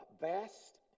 vast